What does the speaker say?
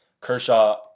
Kershaw